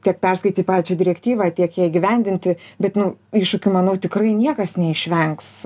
tiek perskaityt pačią direktyvą tiek jai įgyvendinti bet nu iššūkių manau tikrai niekas neišvengs